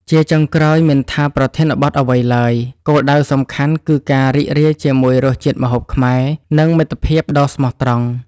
ជាចុងក្រោយ មិនថាប្រធានបទអ្វីឡើយ គោលដៅសំខាន់គឺការរីករាយជាមួយរសជាតិម្ហូបខ្មែរ និងមិត្តភាពដ៏ស្មោះត្រង់។